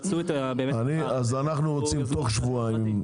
אז אנחנו רוצים תוך שבועיים.